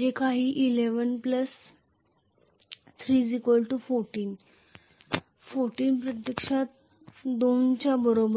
जे 11 3 14 14 प्रत्यक्षात 2 च्या बरोबर आहे